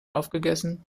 aufgegessen